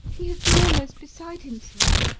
he has been almost beside himself.